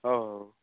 ହଉ ହଉ